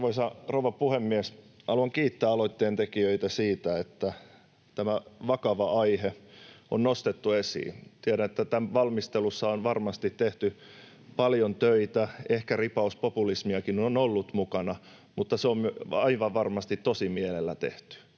Arvoisa rouva puhemies! Haluan kiittää aloitteen tekijöitä siitä, että tämä vakava aihe on nostettu esiin. Tiedän, että tämän valmistelussa on varmasti tehty paljon töitä. Ehkä ripaus populismiakin on ollut mukana, mutta se on aivan varmasti tosimielellä tehty.